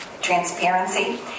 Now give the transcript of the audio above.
transparency